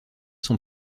son